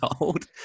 old